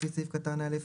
לפי סעיף קטן (א),